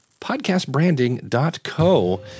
podcastbranding.co